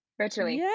virtually